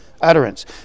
utterance